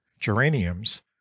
geraniums